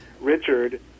Richard